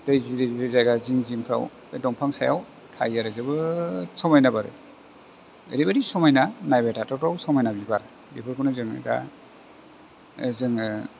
दै जिरि जिरि जाायगा जिं जिं फ्राव बे दंफां सायाव थायो आरो जोबोर समायना बारो ओरैबायदि समायना नायबाय थाथावथाव समायना बिबार बेफारखौनो जोङो दा जोङो